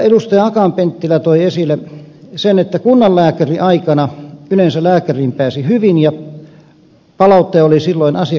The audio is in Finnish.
akaan penttilä toi esille sen että kunnanlääkäriaikana yleensä lääkäriin pääsi hyvin ja palaute oli silloin asiakkailta hyvä